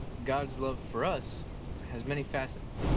god's love for us has many facets.